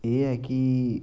एह् ऐ कि